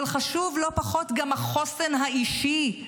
אבל חשוב לא פחות גם החוסן האישי.